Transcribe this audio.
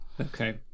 Okay